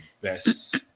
best